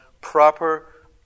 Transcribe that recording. proper